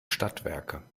stadtwerke